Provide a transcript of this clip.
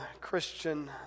Christian